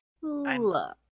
Look